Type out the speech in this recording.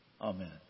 Amen